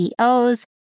CEOs